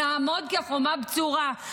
נעמוד כחומה בצורה.